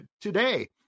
today